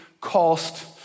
cost